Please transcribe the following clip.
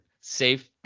safe